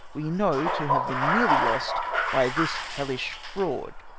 we know to have been nearly lost by this hellish fraud.